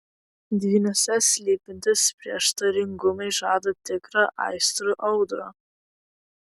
dvyniuose slypintys prieštaringumai žada tikrą aistrų audrą